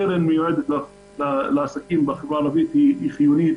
קרן שמיועדת לעסקים בחברה הערבית היא חיונית